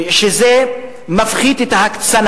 כי זה מפחית את ההקצנה.